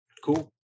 cool